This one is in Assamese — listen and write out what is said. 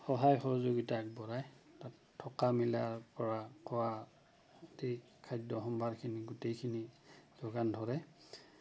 সহায় সহযোগিতা আগবঢ়াই তাত থকা মিলা কৰা খাদ্য সম্ভাৰখিনি গোটেইখিনি যোগান ধৰে